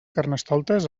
carnestoltes